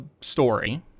story